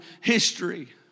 history